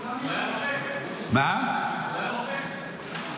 הוא היה לוחם.